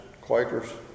Quakers